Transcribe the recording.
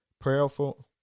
prayerful